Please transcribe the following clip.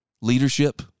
leadership